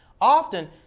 Often